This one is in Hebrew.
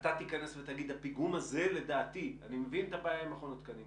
אתה תיכנס ותגיד: אני מבין את הבעיה עם מכון התקנים,